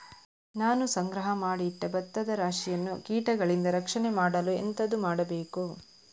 ನಾನು ಸಂಗ್ರಹ ಮಾಡಿ ಇಟ್ಟ ಭತ್ತದ ರಾಶಿಯನ್ನು ಕೀಟಗಳಿಂದ ರಕ್ಷಣೆ ಮಾಡಲು ಎಂತದು ಮಾಡಬೇಕು?